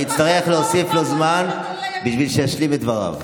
אני אצטרך להוסיף לו זמן בשביל שישלים את דבריו.